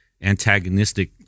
antagonistic